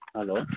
hello